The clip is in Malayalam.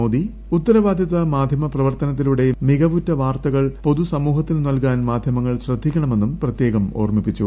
മോദി ഉത്തരവാദിത്വ മാധ്യമ പ്രവർത്തനത്തിലൂടെ മികവുറ്റ വാർത്തകൾ പൊതുസമൂഹത്തിന് നൽകാൻ മാധ്യമങ്ങൾ ശ്രദ്ധിക്കണമെന്നും പ്രത്യേകം ഓർമ്മിപ്പിച്ചു